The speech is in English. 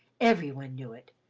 every one knew it.